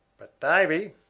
but, davy,